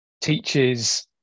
teaches